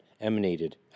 emanated